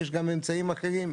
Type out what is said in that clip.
ויש גם אמצעים אחרים.